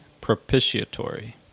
propitiatory